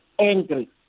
angry